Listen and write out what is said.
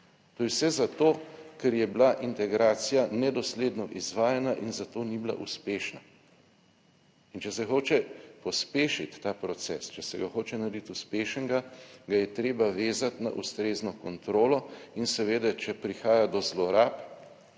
To je vse zato ker je bila integracija nedosledno izvajana in zato ni bila uspešna, in če se hoče pospešiti ta proces, če se ga hoče narediti uspešnega, ga je treba vezati na ustrezno kontrolo in seveda, če prihaja do zlorab,